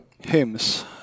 hymns